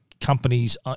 companies